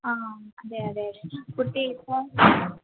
ആ അതെയതെയതെ കുട്ടി ഇപ്പം